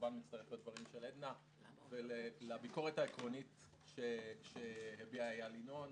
לצערי איני רואה דרך אחרת לגבור על חולשתה זו של הדמוקרטיה,